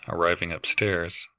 arriving up-stairs,